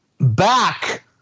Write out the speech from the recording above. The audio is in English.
back